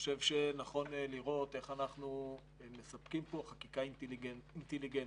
נכון לראות איך אנחנו מספקים פה חקיקה אינטליגנטית.